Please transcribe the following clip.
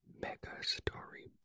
mega-story